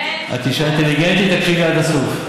את אישה אינטליגנטית, תקשיבי עד הסוף.